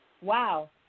Wow